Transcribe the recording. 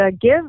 give